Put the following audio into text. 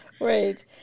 right